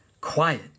quiet